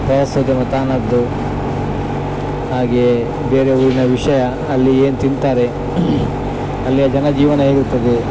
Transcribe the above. ಪ್ರವಾಸೋದ್ಯಮ ತಾನದ್ದು ಹಾಗೇ ಬೇರೆ ಊರಿನ ವಿಷಯ ಅಲ್ಲಿ ಏನು ತಿಂತಾರೆ ಅಲ್ಲಿನ ಜನ ಜೀವನ ಹೇಗೆ ಇರ್ತದೆ